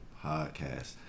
podcast